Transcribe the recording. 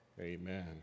Amen